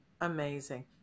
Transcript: Amazing